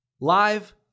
live